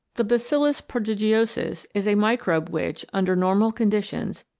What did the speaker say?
the bacillus prodigiosus is a microbe which, under normal conditions,